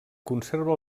conserva